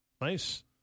Nice